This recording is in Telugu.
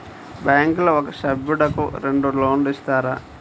బ్యాంకులో ఒక సభ్యుడకు రెండు లోన్లు ఇస్తారా?